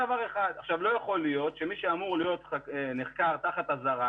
לא יכול להיות שמי שאמור להיות נחקר תחת אזהרה,